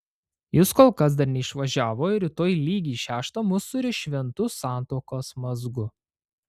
jis kol kas dar neišvažiavo ir rytoj lygiai šeštą mus suriš šventu santuokos mazgu